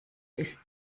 ist